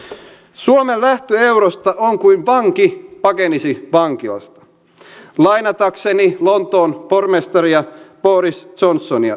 suomen lähtö eurosta on kuin vanki pakenisi vankilasta lainatakseni lontoon pormestaria boris johnsonia